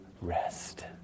rest